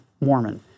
Mormon